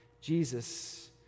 Jesus